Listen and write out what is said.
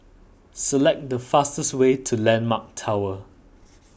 select the fastest way to Landmark Tower